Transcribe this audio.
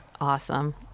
Awesome